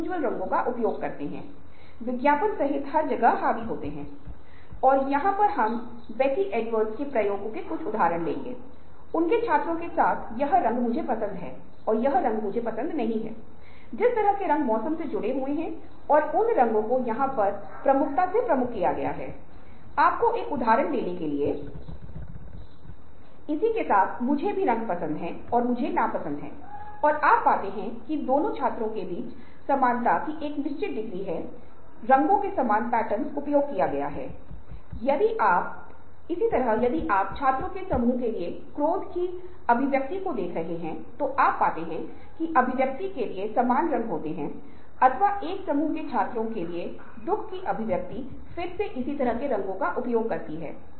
और ऊष्मायन एक ऐसा चरण है कि लोग विचारों के बारे में बहुत अधिक सोचते हैं कुछ लोग उस विचारों से बाहर नहीं निकलते हैं और लोग होते हैं कि वे विचारों के साथ जारी रहते हैं कि कुछ समय बाद वे उस समस्या को भूल जाते हैं जो उन्होंने सोचा था